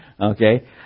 Okay